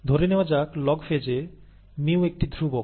ধরে নেওয়া যাক 'লগ ফেজ' এ μ একটি ধ্রুবক